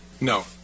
No